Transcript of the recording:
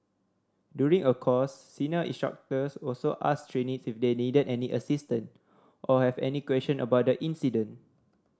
during a course senior instructors also asked trainees if they needed any assistance or have any question about the incident